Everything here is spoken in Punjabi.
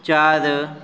ਚਾਰ